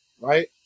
right